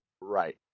Right